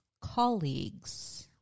colleagues